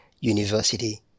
University